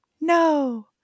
no